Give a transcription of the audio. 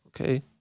Okay